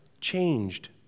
changed